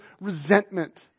resentment